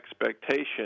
expectation